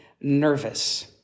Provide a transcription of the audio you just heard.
nervous